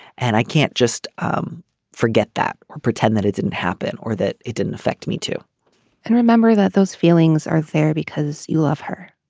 and i can't just um forget that or pretend that it didn't happen or that it didn't affect me too and remember that those feelings are there because you love her.